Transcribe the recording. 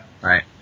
Right